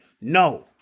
no